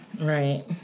Right